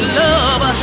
love